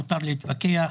מותר להתווכח,